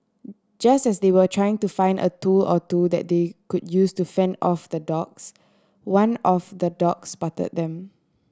just as they were trying to find a tool or two that they could use to fend off the dogs one of the dogs spotted them